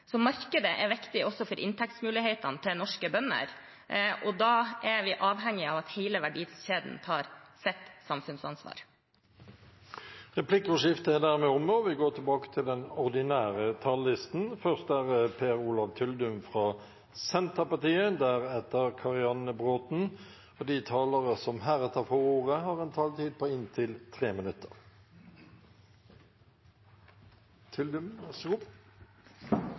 så markedet er viktig også for inntektsmulighetene til norske bønder. Da er vi avhengige av at hele verdikjeden tar sitt samfunnsansvar. Replikkordskiftet er omme. De talere som heretter får ordet, har en taletid på inntil 3 minutter. Det er en ekstraordinær situasjon i landbruket, med en svært krevende kostnadsvekst. En samlet komité slår fast at formålet med strømstøtteordningen er å bidra til